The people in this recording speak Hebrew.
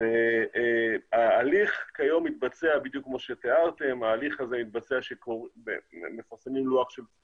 מדובר על הליך שמתחיל עוד מימי